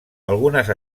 algunes